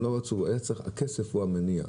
הם לא רצו הכסף הוא המניע.